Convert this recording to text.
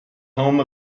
home